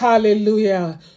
hallelujah